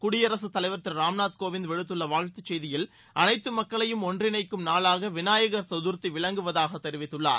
குடியரசுத்தலைவர் திரு ராம்நாத் கோவிந்த் விடுத்துள்ள வாழ்த்து செய்தியில் அனைத்து மக்களையும் ஒன்றிணைக்கும் நாளாக விநாயகர் சதுர்த்தி விளங்குவதாக தெரிவித்துள்ளார்